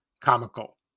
comical